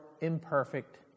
imperfect